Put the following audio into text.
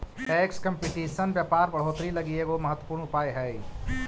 tax competition व्यापार बढ़ोतरी लगी एगो महत्वपूर्ण उपाय हई